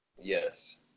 Yes